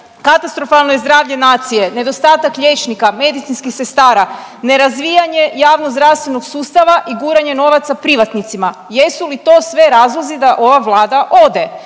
katastrofalno je zdravlje nacije, nedostatak liječnika, medicinskih sestara, nerazvijanje javnozdravstvenog sustava i guranje novaca privatnicima, jesu li to sve razlozi da ova Vlada ode?